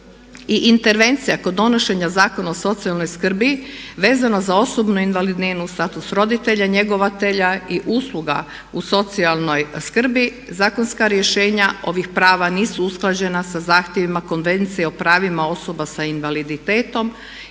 i intervencija kod donošenja Zakona o socijalnoj skrbi vezano za osobnu invalidninu uz status roditelja njegovatelja i usluga u socijalnoj skrbi zakonska rješenja ovih prava nisu usklađena sa zahtjevima Konvencije o pravima osoba s invaliditetom